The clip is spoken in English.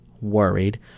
worried